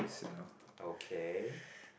okay